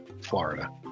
Florida